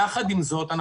יחד עם זאת,